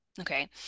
Okay